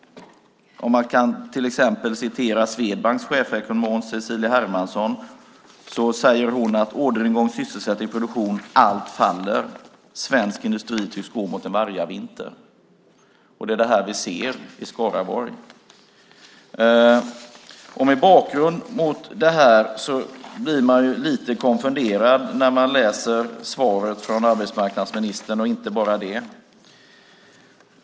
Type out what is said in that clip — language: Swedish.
I en intervju med Swedbanks chefsekonom Cecilia Hermansson står det: "Orderingång, sysselsättning, produktion - allt faller. Svensk industri tycks gå mot en vargavinter." Det är vad vi ser i Skaraborg. Mot bakgrund av detta blir man lite konfunderad när man läser svaret från arbetsmarknadsministern, och inte bara det.